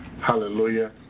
Hallelujah